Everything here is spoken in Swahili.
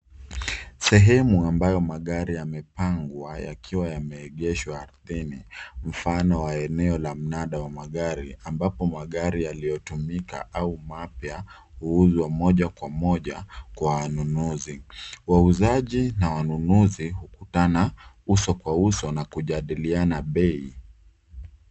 Sehemu ambayo magari yamepangwa yakiwa yameegeshwa ardhini mfano wa eneo la mnada wa magari ambapo magari yaliyotumika au mapya huuzwa moja kwa moja kwa wanunuzi. Wauzaji na wanunuzi hukutana uso kwa uso na kujadiliana bei.